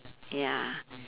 ya